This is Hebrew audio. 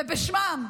ובשמם,